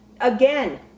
Again